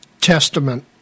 testament